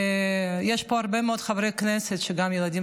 ויש פה הרבה מאוד חברי כנסת שגם הילדים